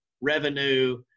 revenue